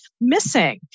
missing